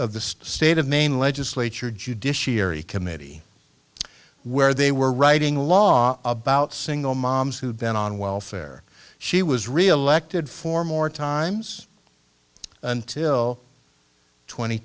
of the state of maine legislature judiciary committee where they were writing law about single moms who had been on welfare she was reelected four more times until tw